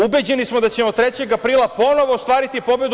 Ubeđeni smo da ćemo 3. aprila ponovo ostvariti pobedu.